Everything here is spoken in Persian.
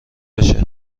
بشه